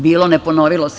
Bilo - ne ponovilo se.